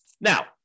Now